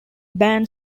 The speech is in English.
band